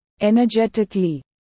Energetically